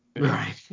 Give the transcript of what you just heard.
Right